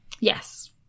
Yes